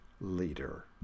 leader